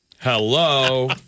hello